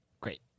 Great